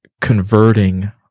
converting